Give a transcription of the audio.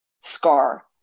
scar